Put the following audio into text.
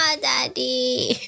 Daddy